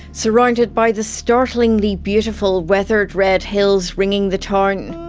surrounded by the startlingly beautiful weathered red hills ringing the town.